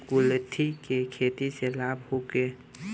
कुलथी के खेती से लाभ होखे?